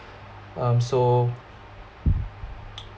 um so